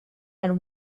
and